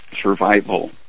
survival